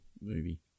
movie